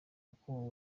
uko